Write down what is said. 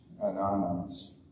Anonymous